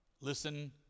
listen